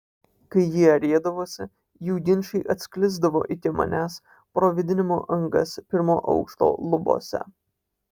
kai jie riedavosi jų ginčai atsklisdavo iki manęs pro vėdinimo angas pirmo aukšto lubose